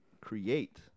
create